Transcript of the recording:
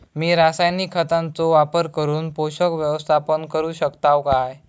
मी रासायनिक खतांचो वापर करून पोषक व्यवस्थापन करू शकताव काय?